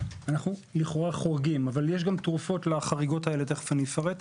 אנחנו לכאורה חורגים אבל יש גם תרופות לחריגות האלה ותכף אפרט אותן.